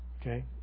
Okay